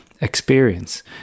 experience